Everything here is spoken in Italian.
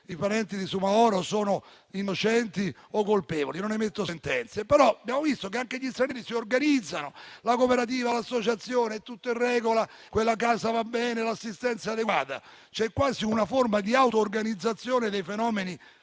i parenti dell'onorevole Soumahoro sono innocenti o colpevoli: non emetto sentenze. Abbiamo però visto che anche gli stranieri si organizzano: la cooperativa, l'associazione, è tutto in regola, quella casa va bene, l'assistenza è adeguata. C'è quasi una forma di autorganizzazione e dei fenomeni